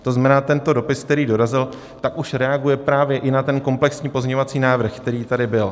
To znamená, tento dopis, který dorazil, už reaguje i na ten komplexní pozměňovací návrh, který tady byl.